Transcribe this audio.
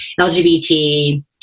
LGBT